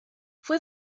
fue